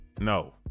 no